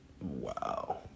Wow